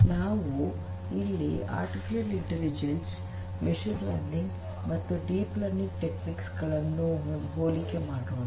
ಇಲ್ಲಿ ನಾವು artificial intelligence machine learning ಮತ್ತು ಡೀಪ್ ಲರ್ನಿಂಗ್ ಟೆಕ್ನಿಕ್ಸ್ ತಂತ್ರಗಳನ್ನೂ ಹೋಲಿಕೆ ಮಾಡೋಣ